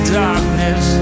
darkness